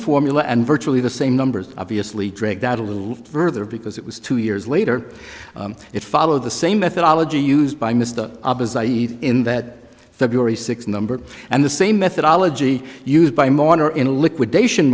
formula and virtually the same numbers obviously dragged out a little further because it was two years later it followed the same methodology used by mr in that february six number and the same methodology used by mourner in a liquidation